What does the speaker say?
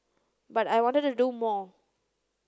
but I wanted to do more